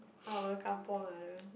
our Kampung ah ya